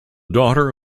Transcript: daughter